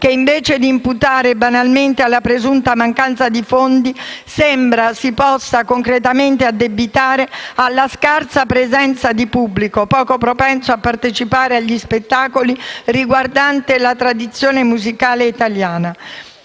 che, invece di imputare banalmente alla presunta mancanza di fondi, sembra si possa concretamente addebitare alla scarsa presenza di pubblico, poco propenso a partecipare a spettacoli riguardanti la tradizione musicale italiana.